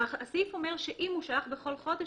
הסעיף אומר שאם הוא שלח בכל חודש,